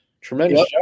tremendous